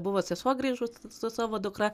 buvo sesuo grįžus su savo dukra